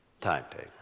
timetable